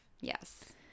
Yes